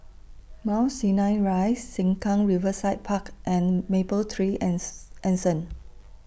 Mount Sinai Rise Sengkang Riverside Park and Mapletree An Anson